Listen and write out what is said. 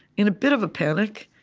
in a bit of a panic,